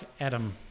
Adam